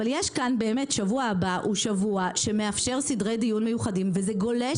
שבוע הבא הוא שבוע שמאפשר סדרי דיון מיוחדים וזה גולש